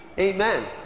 Amen